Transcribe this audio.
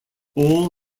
all